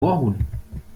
moorhuhn